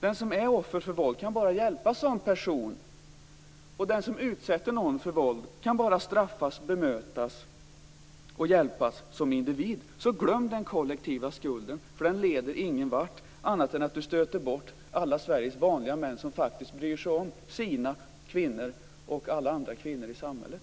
Den som är offer för våld kan bara hjälpas som person, och den som utsätter någon för våld kan bara straffas, bemötas och hjälpas som individ. Glöm den kollektiva skulden! Den leder ingen vart, annat än att man stöter bort alla Sveriges vanliga män som faktiskt bryr sig om sina kvinnor och alla andra kvinnor i samhället.